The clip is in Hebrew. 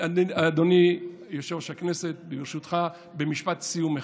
אדוני יושב-ראש הכנסת, ברשותך, במשפט סיום אחד: